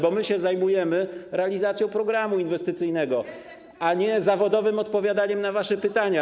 Bo my się zajmujemy realizacją programu inwestycyjnego, a nie zawodowym odpowiadaniem na wasze pytania.